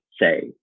say